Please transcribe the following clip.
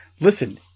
Listen